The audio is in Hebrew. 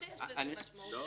יש לזה משמעות משפטית.